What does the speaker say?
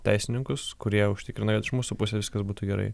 teisininkus kurie užtikrina jog iš mūsų pusės viskas būtų gerai